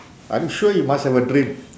I'm sure you must have a dream